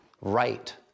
right